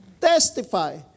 Testify